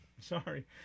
Sorry